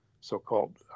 so-called